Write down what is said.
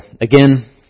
again